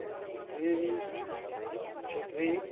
मेरी Chhetri